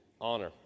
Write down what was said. honor